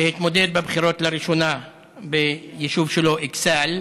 שהתמודד בבחירות לראשונה ביישוב שלו אכסאל.